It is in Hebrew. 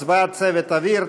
הצבעת צוות אוויר),